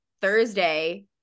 Thursday